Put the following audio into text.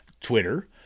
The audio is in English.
Twitter